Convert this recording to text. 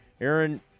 Aaron